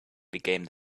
became